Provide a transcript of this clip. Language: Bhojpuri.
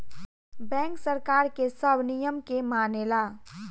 बैंक सरकार के सब नियम के मानेला